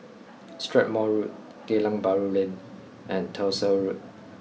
Strathmore Road Geylang Bahru Lane and Tyersall Road